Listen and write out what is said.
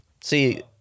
See